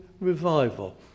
revival